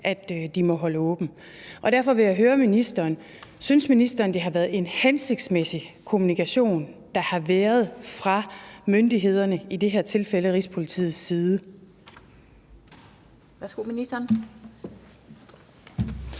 at de måtte holde åbent. Derfor vil jeg høre ministeren: Synes ministeren, det har været en hensigtsmæssig kommunikation, der har været fra myndighedernes og i det her tilfælde Rigspolitiets side?